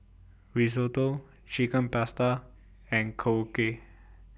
Risotto Chicken Pasta and Korokke